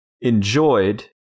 enjoyed